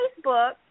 Facebook